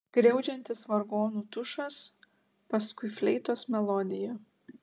griaudžiantis vargonų tušas paskui fleitos melodija